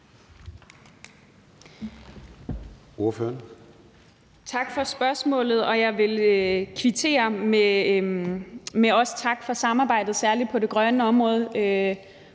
Tak for spørgsmålet, og jeg vil kvittere med også at takke for samarbejdet, særlig på det grønne område.